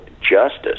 justice